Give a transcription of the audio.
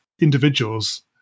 individuals